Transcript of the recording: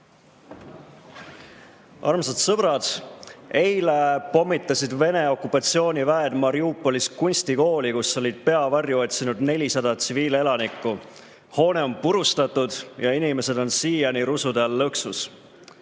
Armsad sõbrad! Eile pommitasid Vene okupatsiooniväed Mariupolis kunstikooli, kus oli peavarju otsinud 400 tsiviilelanikku. Hoone on purustatud ja inimesed on siiani rusude all lõksus.